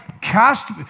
Cast